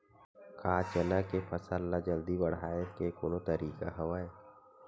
का चना के फसल ल जल्दी बढ़ाये के कोनो तरीका हवय?